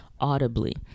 audibly